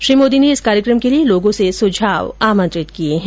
श्री मोदी ने इस कार्यक्रम के लिए लोगों से सुझाव आमंत्रित किये हैं